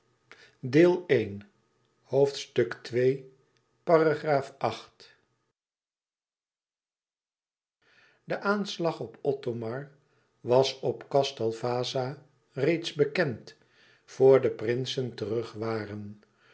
de aanslag op othomar was op castel vaza reeds bekend vor de prinsen terug waren